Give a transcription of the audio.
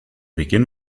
beginn